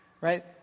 Right